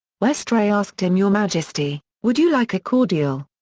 westray asked him your majesty, would you like a cordial,